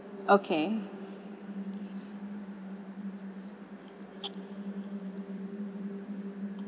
okay